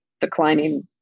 declining